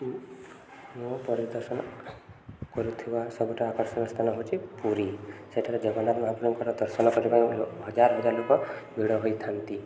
ମଁ ପରିଦର୍ଶନ କରୁଥିବା ସବୁଠୁ ଆକର୍ଷଣୀୟ ସ୍ଥାନ ହେଉଛି ପୁରୀ ସେଠାରେ ଜଗନ୍ନାଥ ମହାପ୍ରଭୁଙ୍କର ଦର୍ଶନ କରିବା ହଜାର ହଜାର ଲୋକ ଭିଡ଼ ହୋଇଥାନ୍ତି